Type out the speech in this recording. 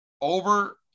over